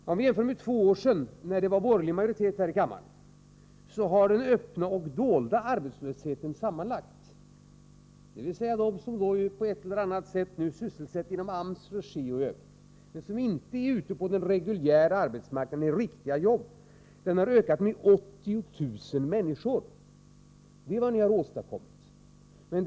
Vi kan jämföra med läget för två år sedan, då det var borgerlig majoritet i riksdagen. Den öppna och dolda arbetslösheten har sammanlagt — det vill säga inberäknat dem som på ett eller annat sätt sysselsätts i AMS regi, men som inte är ute på den reguljära arbetsmarknaden och har riktiga arbeten — ökat med 80 000 människor. Det är vad ni har åstadkommit!